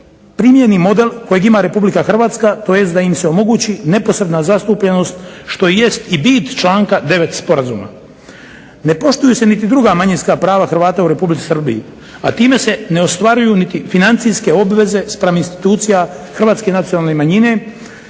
primjeni model kojeg ima RH tj. da im se omogući neposredna zastupljenost što jest i bit članka 9. Sporazuma. Ne poštuju se niti druga manjinska prava Hrvata u Republici Srbiji. A time se ne ostvaruju niti financijske obveze spram institucija hrvatske nacionalne manjine